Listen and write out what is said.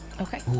Okay